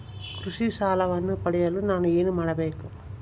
ಕೃಷಿ ಸಾಲವನ್ನು ಪಡೆಯಲು ನಾನು ಏನು ಮಾಡಬೇಕು?